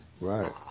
Right